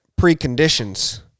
preconditions